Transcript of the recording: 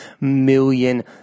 million